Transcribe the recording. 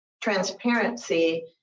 transparency